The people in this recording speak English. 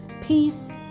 peace